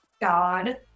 God